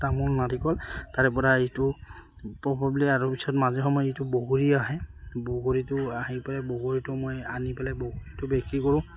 তামোল নাৰিকল তাৰপৰা এইটো আৰু পিছত মাজে সময়ত এইটো বগৰী আহে বগৰীটো আহি পেলাই বগৰীটো মই আনি পেলাই বগৰীটো বিক্ৰী কৰোঁ